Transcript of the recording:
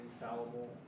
infallible